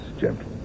gentlemen